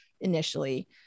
initially